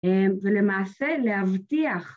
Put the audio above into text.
ולמעשה להבטיח